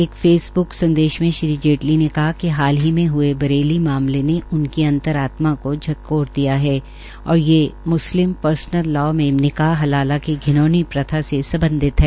एक फेसब्क संदेश में श्री जेटली ने कहा कि हाल ही हुये बरेली मामले ने उनकी अंतरआत्मा को झंकझोर दिया है और ये म्स्लिम पर्सनल लॉ में निकाह हलाला का घिनौनी प्रथा से सम्बधित है